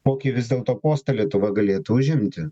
kokį vis dėlto postą lietuva galėtų užimti